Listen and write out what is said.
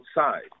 outside